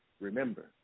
remember